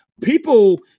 people